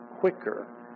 quicker